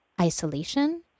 isolation